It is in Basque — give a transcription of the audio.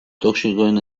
toxikoen